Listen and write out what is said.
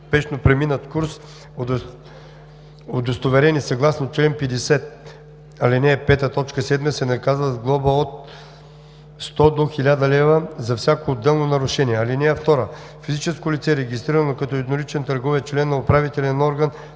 търговец, член на управителен орган